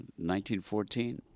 1914